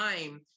time